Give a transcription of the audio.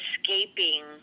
escaping